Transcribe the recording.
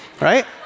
right